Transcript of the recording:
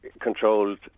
controlled